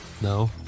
No